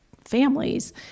families